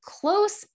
close